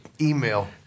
email